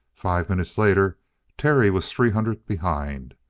five minutes later terry was three hundred behind.